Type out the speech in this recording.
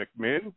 McMinn